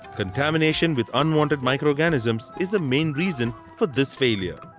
contamination with unwanted microorganisms is the main reason for this failure.